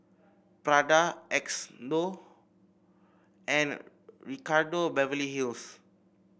Prada Xndo and Ricardo Beverly Hills